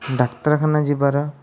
ଡାକ୍ତରଖାନା ଯିବାର